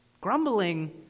Grumbling